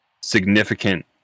significant